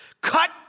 cut